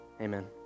amen